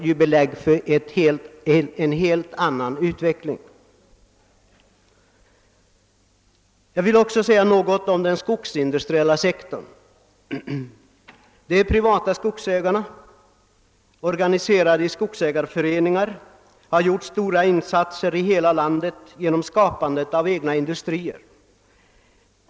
Jag vill också säga något om den skogsindustriella sektorn. De privata skogsägarna, organiserade i skogsägarföreningar, har gjort stora insatser i hela landet genom skapande av egna industrier.